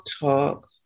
talk